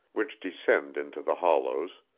which descend into the hollows,